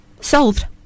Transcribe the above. Solved